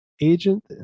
agent